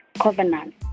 covenant